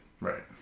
right